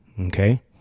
okay